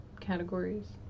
categories